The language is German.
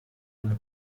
eine